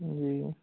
जी